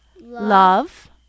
love